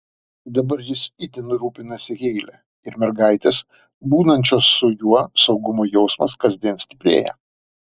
dabar jis itin rūpinasi heile ir mergaitės būnančios su juo saugumo jausmas kasdien stiprėja